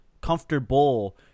comfortable